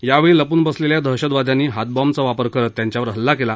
यावेळी लपून बसलेल्या दहशतवाद्यानी हात बॅम्बचा वापर करत त्यांच्यावर हल्ला केला